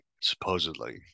supposedly